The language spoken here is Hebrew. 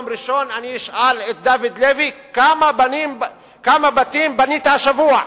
ראשון אני אשאל את דוד לוי כמה בתים בנית השבוע.